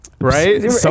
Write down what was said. right